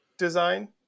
design